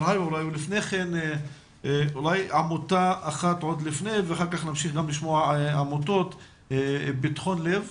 אבל לפני כן את נציג עמותת פתחון לב,